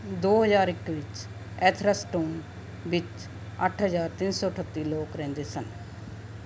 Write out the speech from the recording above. ਦੋ ਹਜ਼ਾਰ ਇੱਕ ਵਿੱਚ ਐਥਰਸਟੋਨ ਵਿੱਚ ਅੱਠ ਹਜ਼ਾਰ ਤਿੰਨ ਸੌ ਅਠੱਤੀ ਲੋਕ ਰਹਿੰਦੇ ਸਨ